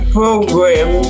program